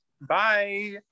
Bye